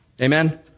Amen